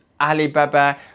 Alibaba